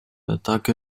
attack